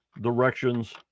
directions